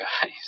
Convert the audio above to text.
guys